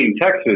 Texas